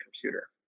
computer